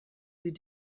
sie